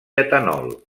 etanol